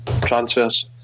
transfers